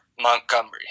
Montgomery